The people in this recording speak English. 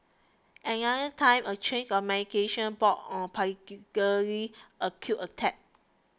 another time a change of medication brought on particularly acute attacks